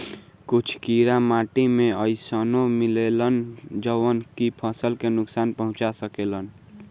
कुछ कीड़ा माटी में अइसनो मिलेलन जवन की फसल के नुकसान पहुँचा सकेले